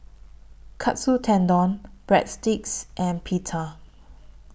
Katsu Tendon Breadsticks and Pita